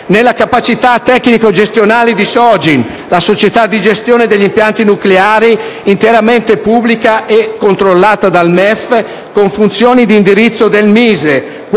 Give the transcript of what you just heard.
la capacità tecnico-gestionale della Società di gestione degli impianti nucleari (SOGIN), interamente pubblica e controllata dal MEF con funzioni di indirizzo del MISE;